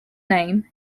name